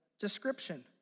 description